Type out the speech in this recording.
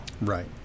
right